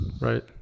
right